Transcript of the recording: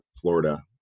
florida